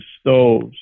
stoves